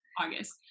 August